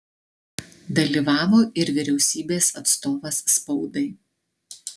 dalyvavo ir vyriausybės atstovas spaudai